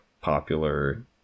popular